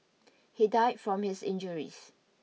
he died from his injuries